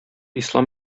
ислам